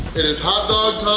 it is hot dog time!